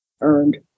earned